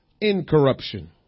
incorruption